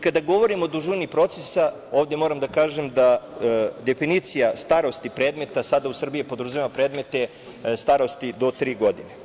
Kada govorimo o dužini procesa moram da kažem da definicija starosti predmeta sada u Srbiji podrazumeva predmete starosti do tri godine.